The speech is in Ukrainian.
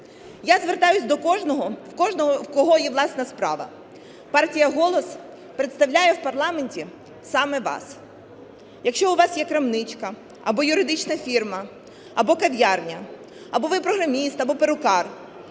Я звертаюсь до кожного, в кого є власна справа. Партія "Голос" представляє в парламенті саме вас. Якщо у вас є крамничка або юридична фірма, або кав'ярня, або ви програміст, або перукар,